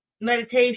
meditation